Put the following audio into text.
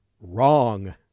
Wrong